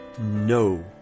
no